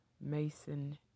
Mason